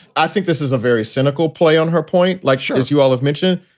i think this is a very cynical play on her point. like she is you all have mentioned.